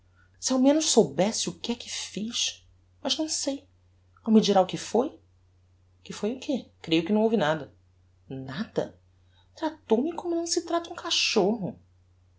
se eu ao menos soubesse o que é que fiz mas não sei não me dirá o que foi que foi o que creio que não houve nada nada tratou-me como não se trata um cachorro